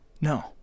No